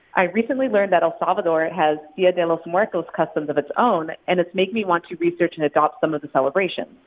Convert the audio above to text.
i recently learned that el salvador has dia de los muertos customs of its own, and it's made me want to research and adopt some of the celebration.